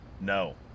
No